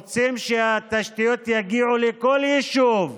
רוצים שהתשתיות יגיעו לכל יישוב,